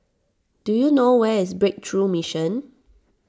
do you know where is Breakthrough Mission